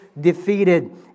defeated